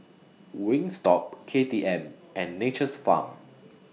Wingstop K T M and Nature's Farm